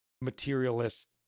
materialist